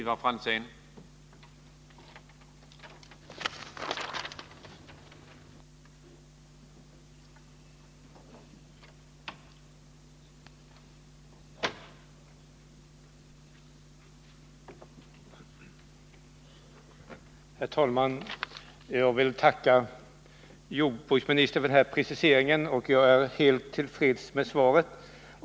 Herr talman! Jag vill tacka jordbruksministern för denna precisering. Jag är helt till freds med svaret.